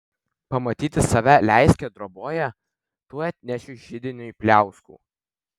pamatyti save leiski troboje tuoj atnešiu židiniui pliauskų